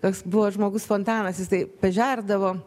toks buvo žmogus fontanas jisai pažerdavo